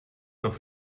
noch